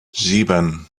sieben